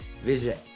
Visit